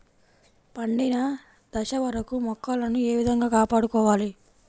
పండిన దశ వరకు మొక్కలను ఏ విధంగా కాపాడుకోవాలి?